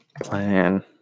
plan